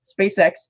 SpaceX